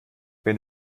wenn